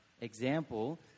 example